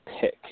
pick